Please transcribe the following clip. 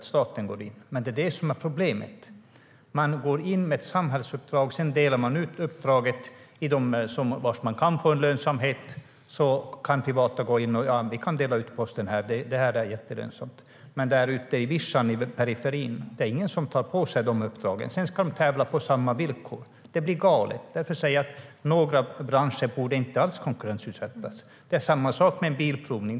Men det som är problemet är att man går in med ett samhällsuppdrag och delar sedan ut uppdragen till dem som kan få en lönsamhet. Man kan dela ut Posten. Det är jättelönsamt, men där ute på vischan, i periferin, är det ingen som tar på sig uppdragen. Sedan ska de tävla på samma villkor. Det blir galet. Därför säger jag att några branscher inte alls borde konkurrensutsättas. Det är samma sak med bilprovningen.